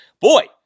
Boy